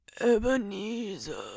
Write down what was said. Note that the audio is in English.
Ebenezer